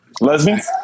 lesbians